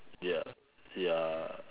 ya ya